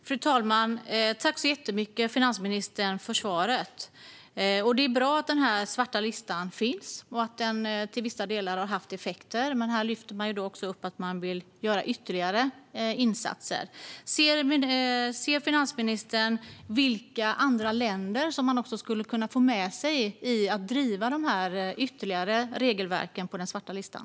Fru talman! Tack så jättemycket för svaret, finansministern! Det är bra att den svarta listan finns och att den till vissa delar har haft effekter. Här lyfter man också upp att man vill göra ytterligare insatser. Ser finansministern vilka andra länder som man skulle kunna få med sig i att driva de ytterligare regelverken på den svarta listan?